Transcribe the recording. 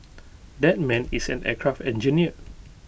that man is an aircraft engineer